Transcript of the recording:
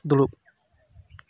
ᱫᱩᱲᱩᱵ